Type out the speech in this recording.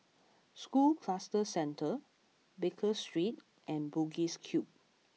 School Cluster Centre Baker Street and Bugis Cube